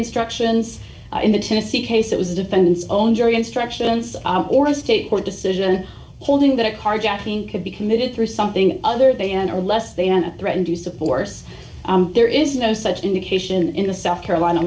instructions in the tennessee case it was the defendant's own jury instructions or a state court decision holding that a carjacking could be committed through something other than or less than a threatened to supporters there is no such indication in the south carolina